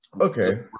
Okay